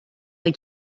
rez